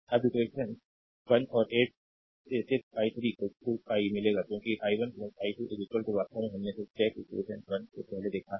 अब इक्वेशन 1 और 8 से सिर्फ i3 i मिलेगा क्योंकि i1 i2 वास्तव में हमने सिर्फ चेक इक्वेशन 1 से पहले देखा है